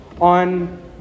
on